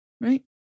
Right